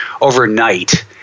overnight